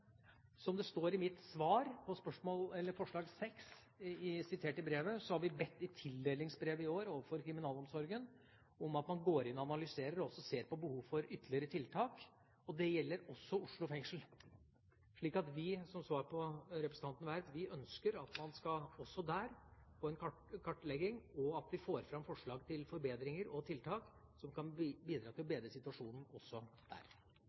Som det står i mitt svar i brevet angående forslag nr. 6, har vi i år i tildelingsbrevet overfor Kriminalomsorgen bedt om at man går inn og analyserer og ser på behovet for ytterligere tiltak. Det gjelder også Oslo fengsel. Så, som svar til representanten Werp: Vi ønsker at man også der skal få en kartlegging, og at man får fram forslag til forbedringer og tiltak som kan bidra til å bedre situasjonen også der.